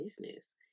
business